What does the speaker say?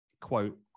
quote